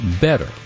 better